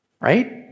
Right